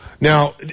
Now